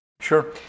Sure